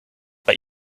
but